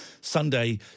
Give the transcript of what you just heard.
Sunday